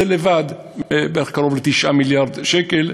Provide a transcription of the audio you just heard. זה לבד קרוב ל-9 מיליארד שקל.